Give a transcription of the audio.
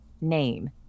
name